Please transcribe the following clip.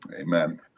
Amen